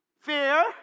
fear